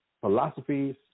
philosophies